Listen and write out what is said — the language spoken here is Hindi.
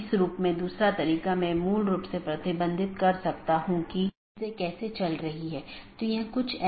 अपडेट मेसेज मूल रूप से BGP साथियों के बीच से रूटिंग जानकारी है